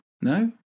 No